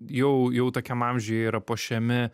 jau jau tokiam amžiuje yra puošiami